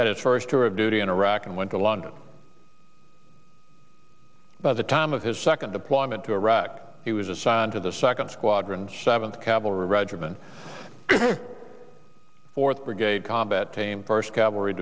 had his first tour of duty in iraq and went to london by the time of his second deployment to iraq he was assigned to the second squadron seventh cavalry regiment fourth brigade combat team first